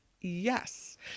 Yes